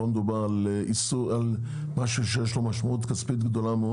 מדובר פה על משהו שיש לו משמעות כספית גדולה.